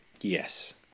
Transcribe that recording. yes